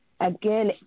Again